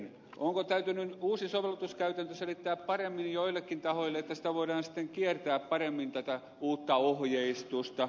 onko täytynyt nyt uusi sovellutuskäytäntö selittää paremmin joillekin tahoille että sitä voidaan sitten kiertää paremmin tätä uutta ohjeistusta